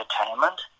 entertainment